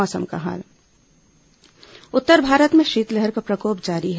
मौसम उत्तर भारत में शीतलहर का प्रकोप जारी है